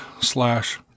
slash